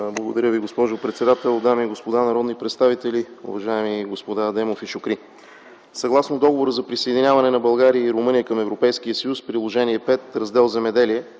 Благодаря Ви, госпожо председател. Дами и господа народни представители, уважаеми господа Адемов и Шукри! Съгласно Договора за присъединяване на България и Румъния към Европейския съюз, Приложение 5, Раздел „Земеделие”